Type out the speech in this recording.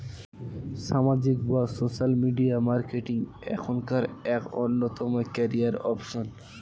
সামাজিক বা social media marketing এখনকার এক অন্যতম ক্যারিয়ার অপশন